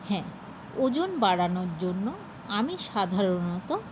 হ্যাঁ ওজন বাড়ানোর জন্য আমি সাধারণত